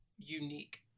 unique